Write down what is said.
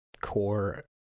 core